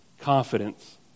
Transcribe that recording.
confidence